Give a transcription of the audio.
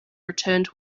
returned